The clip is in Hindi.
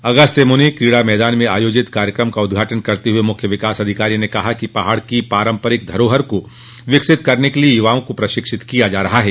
अगस्त्यमुनि कीडा मैदान में आयोजित कार्यक्रम का उदघाटन करते हुए मुख्य विकास अधिकारी ने कहा कि पहाड़ की पारम्परिक धरोहर को विकसित करने के लिए युवाओं को प्रशिक्षित किया जा रहा है